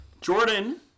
Jordan